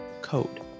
Code